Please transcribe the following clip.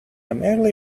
merely